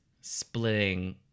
splitting